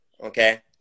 okay